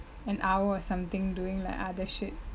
an hour or something doing like other shit